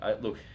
look